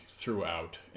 throughout